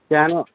কেন